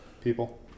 people